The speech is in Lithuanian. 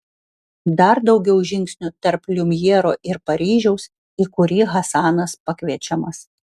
dar daugiau žingsnių tarp liumjero ir paryžiaus į kurį hasanas pakviečiamas